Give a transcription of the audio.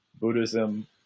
Buddhism